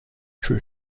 true